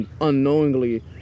unknowingly